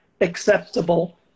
acceptable